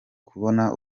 kubona